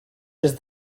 des